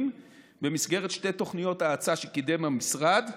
במסגרת שתי תוכניות האצה שקידם המשרד,